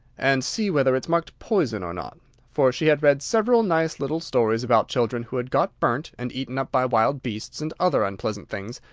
and see whether it's marked poison or not for she had read several nice little stories about children who had got burnt, and eaten up by wild beasts, and other unpleasant things,